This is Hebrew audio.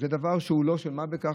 זה דבר שהוא לא של מה בכך,